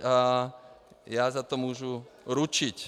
A já za to můžu ručit.